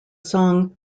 song